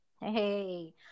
hey